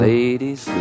Ladies